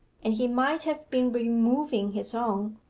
and he might have been removing his own,